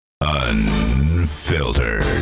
Unfiltered